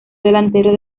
delantero